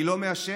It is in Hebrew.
אני לא מעשן,